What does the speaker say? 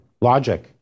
Logic